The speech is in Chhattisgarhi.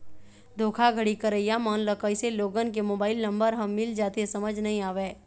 धोखाघड़ी करइया मन ल कइसे लोगन के मोबाईल नंबर ह मिल जाथे समझ नइ आवय